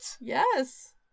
Yes